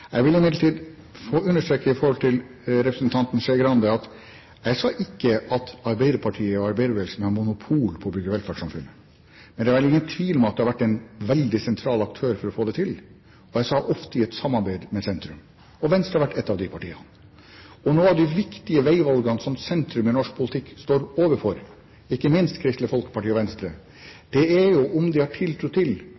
Jeg vil imidlertid få understreke i forhold til det representanten Skei Grande sa, at jeg sa ikke at Arbeiderpartiet og arbeiderbevegelsen har monopol på å bygge velferdssamfunnet. Men det er vel ingen tvil om at de har vært en veldig sentral aktør for å få det til, og som jeg sa, ofte i et samarbeid med sentrum. Venstre har vært ett av de partiene. Noen av de viktige veivalgene som sentrum i norsk politikk står overfor, ikke minst Kristelig Folkeparti og Venstre,